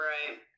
Right